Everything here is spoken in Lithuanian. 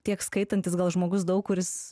tiek skaitantis gal žmogus daug kuris